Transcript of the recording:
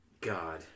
God